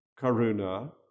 karuna